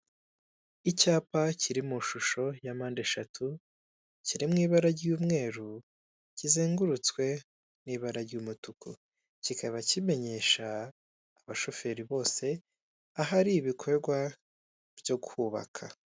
Icyapa kiri mu ishusho y'impande eshatu, kiri mu ibara ry'umweru, kizengurutswe n'ibara ry'umutuku, kikaba kimenyesha abashoferi bose ahari ibikorwa byo kubaka.